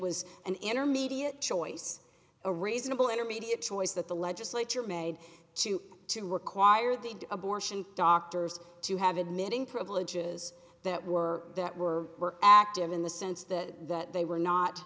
was an intermediate choice a reasonable intermediate choice that the legislature made to to require the abortion doctors to have admitting privileges that were that were active in the sense that they were not